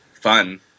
fun